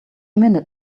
minute